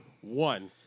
One